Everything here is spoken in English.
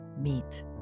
meet